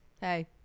hey